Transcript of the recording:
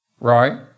right